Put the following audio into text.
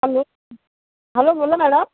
hello hello बोला madam